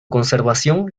conservación